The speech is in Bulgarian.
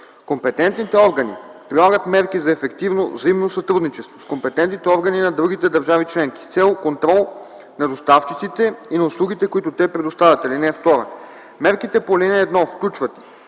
Компетентните органи прилагат мерки за ефективно взаимно сътрудничество с компетентните органи на другите държави членки с цел контрол на доставчиците и на услугите, които те предоставят. (2) Мерките по ал. 1 включват